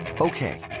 Okay